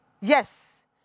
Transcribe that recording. Yes